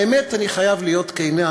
האמת, אני חייב להיות כן,